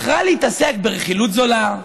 בחרה להתעסק ברכילות זולה,